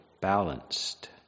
balanced